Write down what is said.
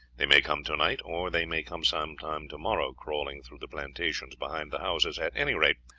they may come tonight, or they may come some time tomorrow, crawling through the plantations behind the houses. at any rate,